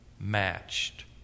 matched